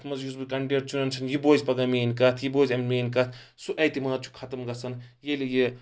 اَتھ منز یُس بہٕ کینڈِڈیٹ چُنان چھُسَن یہِ بوزِ پَگاہ میٲنۍ کَتھ یہِ بوزِ میٲنۍ کتھ سُہ اعتِماد چھُ خَتم گژھان ییٚلہِ یہِ